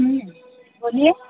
हूँ बोलिए